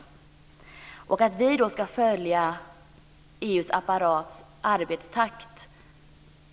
Det blir verkligen ohållbart om vi ska följa EU-apparatens arbetstakt.